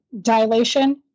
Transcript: dilation